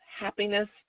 happiness